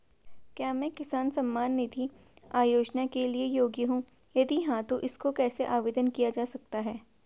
क्या मैं किसान सम्मान निधि योजना के लिए योग्य हूँ यदि हाँ तो इसको कैसे आवेदन किया जा सकता है?